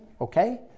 Okay